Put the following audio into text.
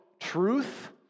truth